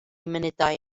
munudau